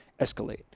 escalate